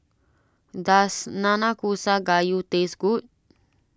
does Nanakusa Gayu taste good